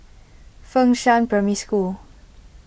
Fengshan Primary School